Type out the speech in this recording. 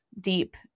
deep